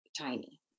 tiny